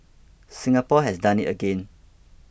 Singapore has done it again